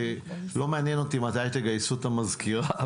לא מעניין אותי מתי תגייסו את המזכירה,